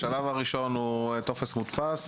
בשלב הראשון הוא טופס מודפס.